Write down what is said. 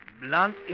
Blunt